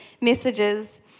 messages